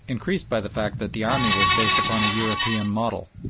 increased by the fact that the army was based upon a european model.